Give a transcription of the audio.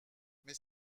mais